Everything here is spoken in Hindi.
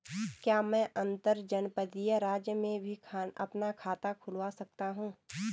क्या मैं अंतर्जनपदीय राज्य में भी अपना खाता खुलवा सकता हूँ?